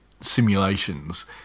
simulations